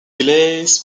glass